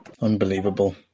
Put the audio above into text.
Unbelievable